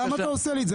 למה אתה עושה לי את זה?